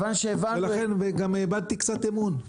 ולכן גם איבדתי קצת אמון, מן הסתם.